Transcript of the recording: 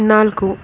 ನಾಲ್ಕು